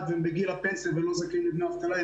והם בגיל הפנסיה ולא זכאים לדמי אבטלה.